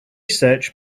search